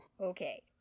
Okay